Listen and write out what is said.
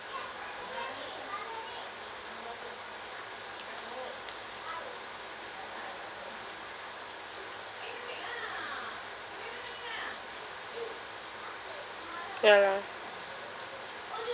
ya ya